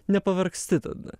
nepavargsti tada